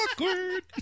Awkward